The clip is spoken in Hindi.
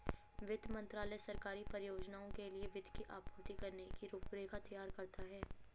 वित्त मंत्रालय सरकारी परियोजनाओं के लिए वित्त की आपूर्ति करने की रूपरेखा तैयार करता है